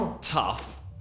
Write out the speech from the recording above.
tough